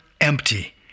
empty